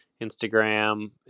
Instagram